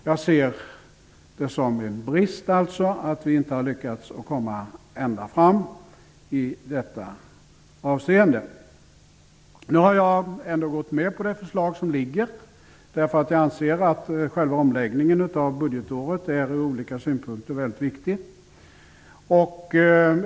Jag ser det alltså som en brist att vi inte ha lyckats komma ända fram i detta avseende. Nu har jag ändå gått med på det förslag som ligger, därför att jag anser att själva omläggningen av budgetåret från olika synpunkter är mycket viktig.